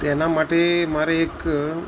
તેના માટે મારે એક